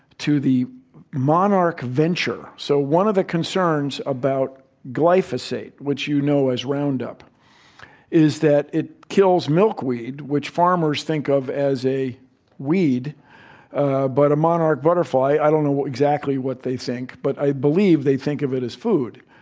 to the monarch venture. so, one of the concerns about glyphosate, which you know as round-up, is that it kills milkweed, which farmers think of as a weed ah but a monarch butterfly i don't know exactly what they think, but i believe they think of it as food.